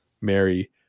Mary